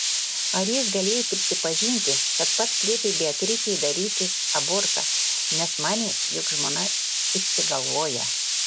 ar jis galėjo prisipažinti kad pats liepė beatričei daryti abortą nes manė jog žmona išsigalvoja